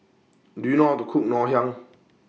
Do YOU know How to Cook Ngoh Hiang